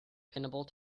pinnable